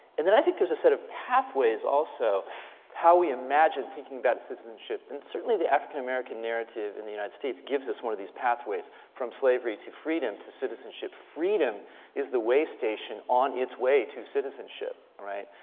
and then i think there's a set of pathways, also, of how we imagine thinking about citizenship. and certainly, the african american narrative in the united states gives us one of these pathways from slavery to freedom to citizenship. freedom is the weigh station on its way to citizenship. right?